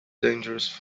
dangerous